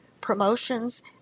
promotions